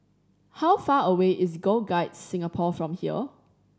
how far away is Girl Guides Singapore from here